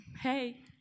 Hey